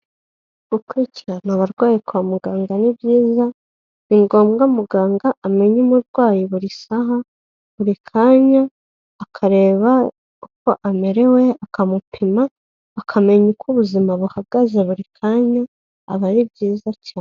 Gukurikirana abarwayi kwa muganga, ni byiza ni ngombwa muganga amenye umurwayi buri saha, buri kanya, akareba uko amerewe akamupima, akamenya uko ubuzima buhagaze buri kanya, aba ari byiza cyane.